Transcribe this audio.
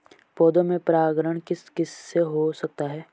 पौधों में परागण किस किससे हो सकता है?